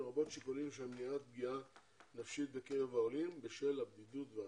לרבות שיקולים של מניעת פגיעה נפשית בקרב העולים בשל הבדידות והריחוק.